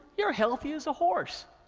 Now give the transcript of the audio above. you're healthy as a horse.